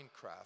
Minecraft